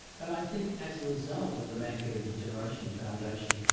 and i think as a result of the macular degeneration foundation,